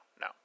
no